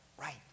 right